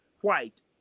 white